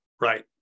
Right